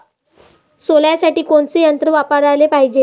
सोल्यासाठी कोनचं यंत्र वापराले पायजे?